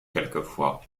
quelquefois